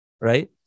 right